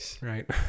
right